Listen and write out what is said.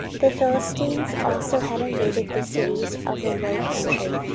the philistines also had invaded the cities of the low country,